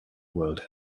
world